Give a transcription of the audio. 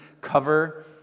cover